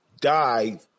die